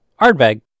Ardbeg